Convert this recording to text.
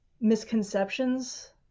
misconceptions